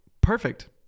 Perfect